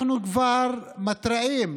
אנחנו מתריעים